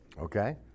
Okay